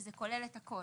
שזה כולל את הכול,